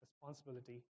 responsibility